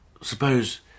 Suppose